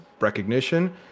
recognition